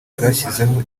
bwashyizeho